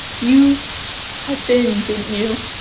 you slept in, didn't you?